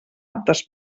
aptes